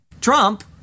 Trump